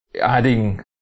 Adding